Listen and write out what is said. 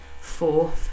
Four